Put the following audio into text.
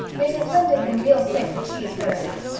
mrs. lynde has been real sick but she is better now.